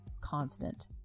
constant